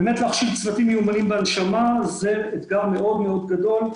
באמת להכשיר צוותים מיומנים בהנשמה זה אתגר מאוד מאוד גדול,